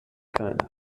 kind